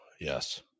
yes